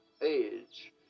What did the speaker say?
age